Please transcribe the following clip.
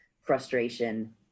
frustration